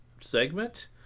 segment